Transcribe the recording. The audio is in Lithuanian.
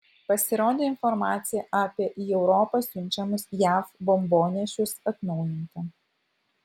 pasirodė informacija apie į europą siunčiamus jav bombonešius atnaujinta